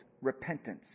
repentance